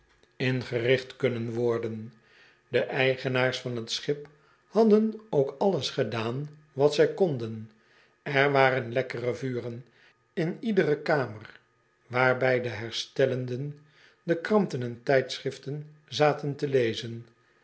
een kunnen worden de eigenaars van t schip hadden ook alles gedaan wat zij konden er waren lekkere vuren in iedere kamer waarbij de herstelden de kranten en tijdschriften zaten te lezen